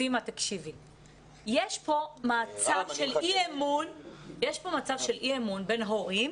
סימה, יש פה מצב של אי-אמון בין ההורים